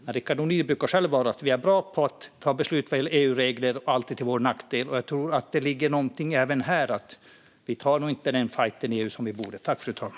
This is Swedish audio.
Rickard Nordin brukar själv säga att vi är bra på att ta beslut vad gäller EU-regler - alltid till vår nackdel. Jag tror att det ligger någonting även i det. Vi tar nog inte den fajt i EU som vi borde ta.